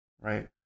right